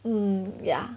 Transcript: mm ya